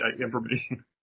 information